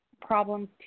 problems